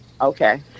Okay